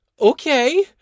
Okay